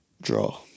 Draw